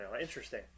Interesting